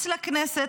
מחוץ לכנסת,